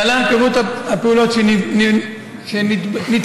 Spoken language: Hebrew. להלן פירוט הפעולות שהתקיימו: